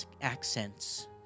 accents